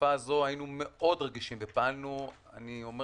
בתקופה הזו היינו מאוד רגישים ופעלנו אני אומר